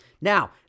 Now